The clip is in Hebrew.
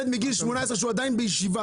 ילד בגיל 18 הוא עדיין בישיבה.